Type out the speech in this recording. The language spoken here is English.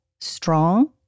strong